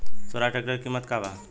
Swaraj tractor के किमत का बा?